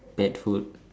pet food